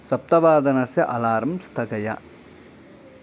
सप्तवादनस्य alarm स्थगय